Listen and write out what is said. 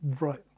right